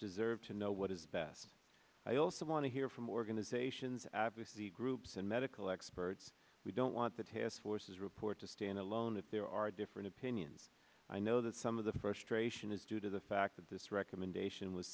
deserve to know what is best i also want to hear from organizations advocacy groups and medical experts we don't want the task forces report to stand alone if there are different opinions i know that some of the frustration is due to the fact that this recommendation was